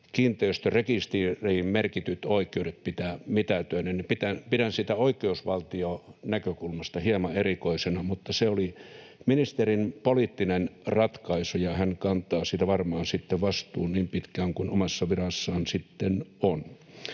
kiinteistörekisteriin merkityt oikeudet pitää mitätöidä, niin pidän sitä oikeusvaltionäkökulmasta hieman erikoisena, mutta se oli ministerin poliittinen ratkaisu, ja hän kantaa siitä varmaan sitten vastuun niin pitkään kuin omassa virassaan on.